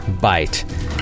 bite